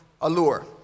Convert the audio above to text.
allure